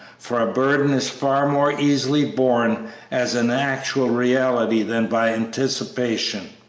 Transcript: for a burden is far more easily borne as an actual reality than by anticipation,